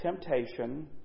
temptation